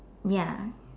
ya